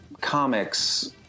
Comics